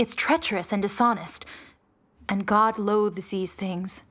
it's treacherous and dishonest and god lo the sees things